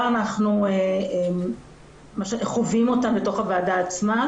אנחנו חווים אותם בתוך הוועדה עצמה,